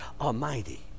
Almighty